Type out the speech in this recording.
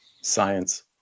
Science